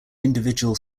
individual